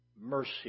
mercy